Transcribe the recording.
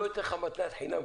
הוא לא ייתן לך שום מתנת חינם.